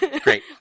Great